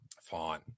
Fine